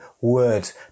words